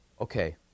Okay